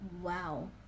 wow